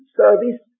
service